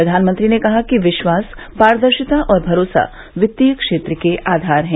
प्रधानमंत्री ने कहा कि विश्वास पारदर्शिता और भरोसा वित्तीय क्षेत्र के आधार हैं